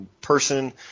person